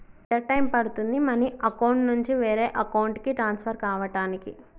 ఎంత టైం పడుతుంది money account నుంచి వేరే అకౌంట్ కి ట్రాన్స్ఫర్ కావటానికి?